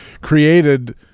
created